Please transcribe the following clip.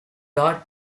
rob